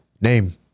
Name